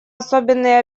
особенные